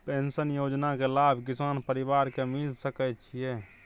Pension योजना के लाभ किसान परिवार के मिल सके छिए?